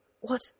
What